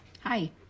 Hi